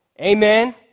Amen